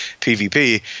PvP